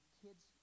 kids